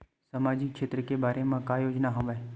सामाजिक क्षेत्र के बर का का योजना हवय?